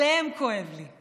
עליהם כואב לי.